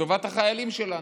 לטובת החיילים שלנו.